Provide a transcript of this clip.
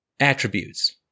attributes